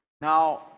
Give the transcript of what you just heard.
Now